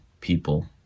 people